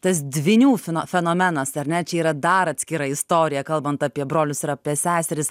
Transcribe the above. tas dvynių fino fenomenas ar ne čia yra dar atskira istorija kalbant apie brolius ir apie seseris